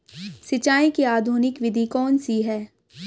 सिंचाई की आधुनिक विधि कौन सी है?